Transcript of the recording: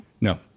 No